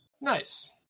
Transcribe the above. Nice